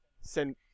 Send